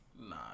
Nah